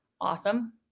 Awesome